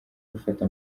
gufata